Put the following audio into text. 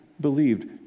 believed